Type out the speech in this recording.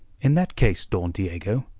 in that case, don diego,